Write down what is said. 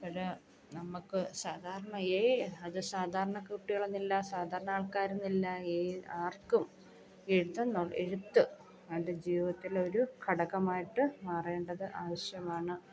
അപ്പോൾ നമുക്ക് സാധാരണയേ അത് സാധാരണ കുട്ടികളെന്നില്ല സാധാരണ ആൾക്കാരെന്നില്ല ഏ ആർക്കും എഴുതാം എഴുത്ത് അവൻ്റെ ജീവിതത്തിലൊരു ഘടകമായിട്ട് മാറേണ്ടത് ആവശ്യമാണ്